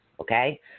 Okay